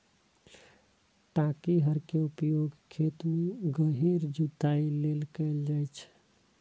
टांकी हर के उपयोग खेत मे गहींर जुताइ लेल कैल जाइ छै